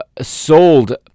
sold